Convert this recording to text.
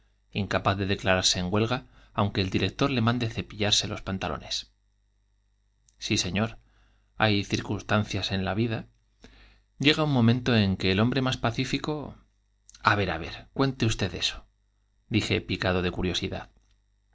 incapaz de declararse en huelga aunque el director le mande cepillar le los pantalones sí señor hay circunstancias en la vida llega un momento en que el hombre más pacífico a ver á ver cuente usted eso dije picado de curiosidad